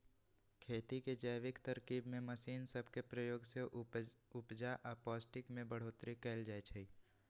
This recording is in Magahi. खेती के जैविक तरकिब में मशीन सब के प्रयोग से उपजा आऽ पौष्टिक में बढ़ोतरी कएल जाइ छइ